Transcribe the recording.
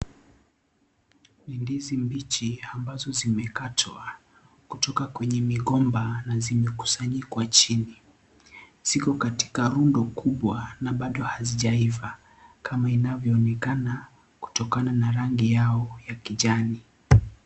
NI ndizi mbichi ambazo zimekatwa kutoka kwenye migomba na zimekusanyikwa chini. Ziko katika rundo kubwa na bado hazijaiva kama inavyoonekana kutokana na rangi yao ya kijani.